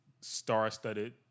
star-studded